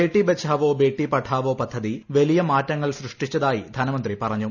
ബേട്ടി ബച്ചാവോ ബേട്ടി പഠാവോ പദ്ധതി വലിയ മാറ്റങ്ങൾ സൃഷ്ടിച്ചതായി ധനമന്ത്രി പറഞ്ഞു